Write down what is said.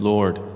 Lord